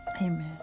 Amen